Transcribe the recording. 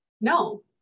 No